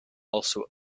also